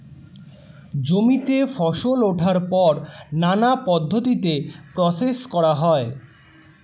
জমিতে ফসল ওঠার পর নানা পদ্ধতিতে প্রসেস করা হয়